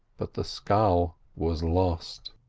but the scull was lost.